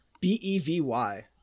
B-E-V-Y